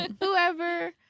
Whoever